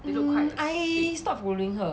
mm i~ stop following her